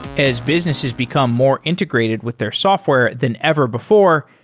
as businesses become more integrated with their software than ever before,